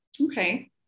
Okay